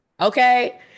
Okay